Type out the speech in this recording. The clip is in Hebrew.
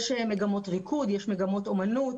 יש מגמות ריקוד, אומנות,